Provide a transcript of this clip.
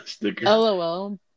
LOL